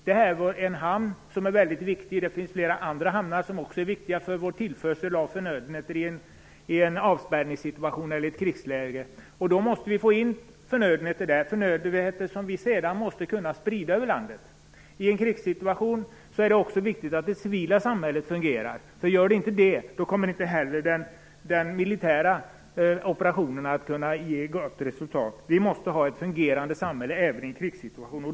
Där finns det en hamn som är väldigt viktig, men det finns ju också flera andra hamnar som också är viktiga för oss när det gäller tillförseln av förnödenheter i en avspärrningssituation eller i ett krigsläge. Vi måste även då kunna få in förnödenheterna, som vi sedan måste kunna sprida över landet. I en krigssituation är det ju också viktigt att det civila samhället fungerar. Om inte det fungerar kommer inte heller resultatet av militära operationer att kunna bli gott. Vi måste alltså ha ett fungerande samhälle även i en krigssituation.